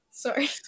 Sorry